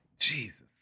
Jesus